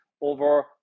over